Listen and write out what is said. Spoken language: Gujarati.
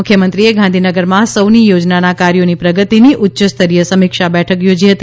મુખ્યમંત્રીએ ગાંધીનગરમાં સૌની યોજનાના કાર્યોની પ્રગતિની ઉચ્યસ્તરીય સમીક્ષા બેઠક યોજી હતી